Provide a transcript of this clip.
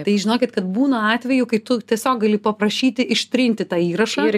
tai žinokit kad būna atvejų kai tu tiesiog gali paprašyti ištrinti tą įrašą